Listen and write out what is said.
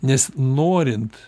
nes norint